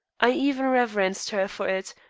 i even reverenced her for it,